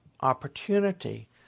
opportunity